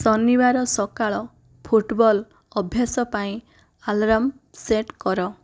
ଶନିବାର ସକାଳ ଫୁଟବଲ୍ ଅଭ୍ୟାସ ପାଇଁ ଆଲାର୍ମ ସେଟ୍ କର